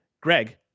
Greg